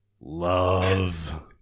love